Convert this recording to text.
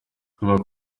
kuvuga